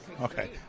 Okay